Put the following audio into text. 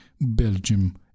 Belgium